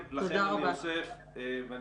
אני